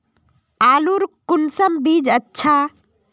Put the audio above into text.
आलूर कुंसम बीज अच्छा?